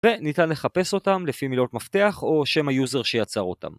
וניתן לחפש אותם לפי מילות מפתח או שם היוזר שיצר אותם